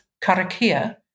karakia